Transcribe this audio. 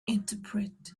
interpret